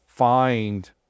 find